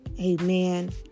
Amen